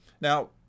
Now